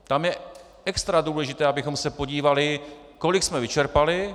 Tam je extra důležité, abychom se podívali, kolik jsme vyčerpali.